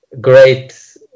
great